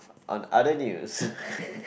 on other news